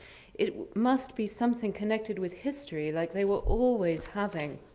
it must be something connected with history like they were always having.